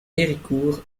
héricourt